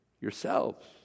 yourselves